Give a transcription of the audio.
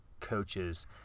coaches